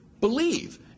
believe